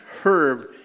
Herb